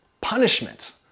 punishment